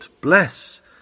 bless